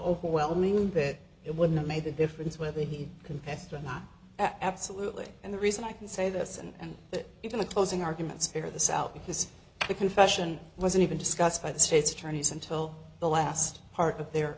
overwhelming bit it would've made a difference whether he confessed or not absolutely and the reason i can say this and that even the closing arguments figure this out because the confession wasn't even discussed by the state's attorneys until the last part of their